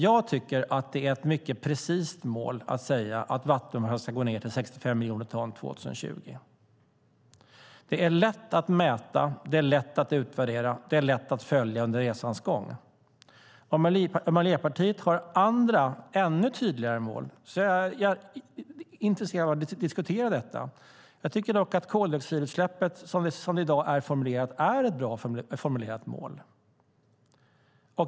Jag tycker att det är ett mycket precist mål att säga att Vattenfall ska gå ned till 65 miljoner ton 2020. Det är lätt att mäta, det är lätt att utvärdera och det är lätt att följa under resans gång. Om Miljöpartiet har andra, ännu tydligare mål är jag intresserad av att diskutera dessa. Jag tycker dock att koldioxidutsläppsmålet, som det i dag är formulerat, är ett bra formulerat mål.